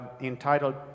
entitled